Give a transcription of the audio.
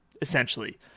essentially